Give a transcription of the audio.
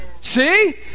See